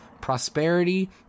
prosperity